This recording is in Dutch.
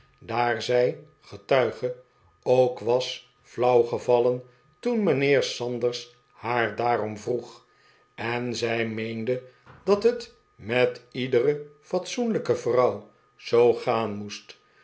daar zij getuige ook was flauw gevallen toen mijnheer sanders haar daarom vroeg en zij meende dat het met iedere fatsoenlijke vrouw zoo gaan mo